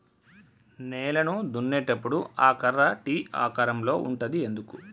నేలను దున్నేటప్పుడు ఆ కర్ర టీ ఆకారం లో ఉంటది ఎందుకు?